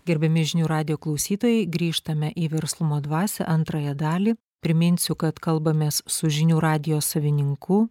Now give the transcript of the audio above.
gerbiami žinių radijo klausytojai grįžtame į verslumo dvasią antrąją dalį priminsiu kad kalbamės su žinių radijo savininku